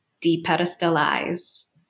de-pedestalize